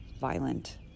violent